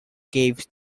gave